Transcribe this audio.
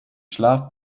schlaf